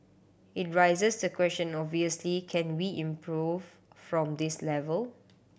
it raises the question obviously can we improve from this level